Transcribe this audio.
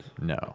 No